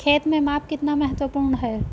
खेत में माप कितना महत्वपूर्ण है?